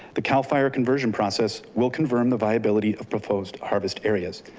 the cal fire conversion process will confirm the viability of proposed harvest areas.